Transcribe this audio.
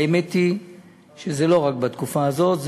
האמת היא שזה לא רק בתקופה הזאת.